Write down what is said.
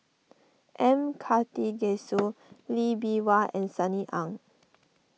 M Karthigesu Lee Bee Wah and Sunny Ang